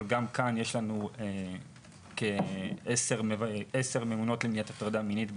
אבל גם כאן יש לנו עשר ממונות על מניעת הטרדה מינית במד"א,